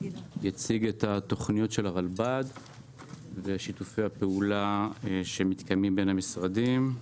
אציג את התוכניות של הרלב"ד ושיתופי הפעולה שמתקיימים בין המשרדים.